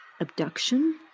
abduction